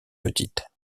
petite